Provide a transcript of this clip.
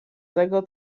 tego